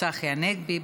צחי הנגבי.